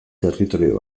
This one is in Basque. territorio